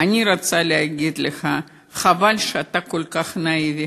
אני רוצה להגיד לך: חבל שאתה כל כך נאיבי.